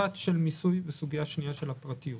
יש סוגיה אחת של מיסוי וסוגיה שנייה של פרטיות.